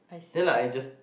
then like I just